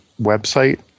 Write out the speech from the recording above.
website